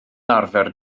arfer